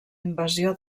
invasió